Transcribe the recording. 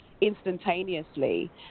instantaneously